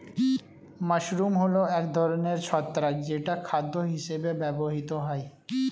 mushroom হল এক ধরনের ছত্রাক যেটা খাদ্য হিসেবে ব্যবহৃত হয়